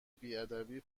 بیادبی